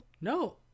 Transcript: No